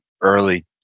early